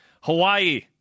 Hawaii